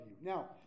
Now